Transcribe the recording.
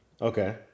Okay